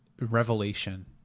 revelation